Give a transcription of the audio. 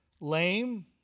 lame